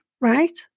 right